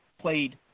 played